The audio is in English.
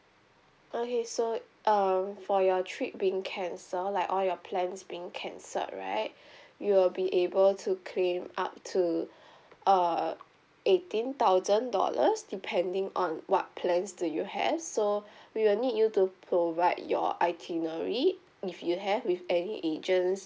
okay so um for your trip being cancel like all your plans being cancelled right you will be able to claim up to uh eighteen thousand dollars depending on what plans do you have so we will need you to provide your itinerary if you have with any agents